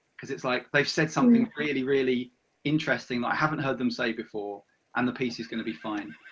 because it's like, they have said something really, really interesting, that i haven't heard them say before and the piece is going to be fine.